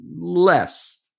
less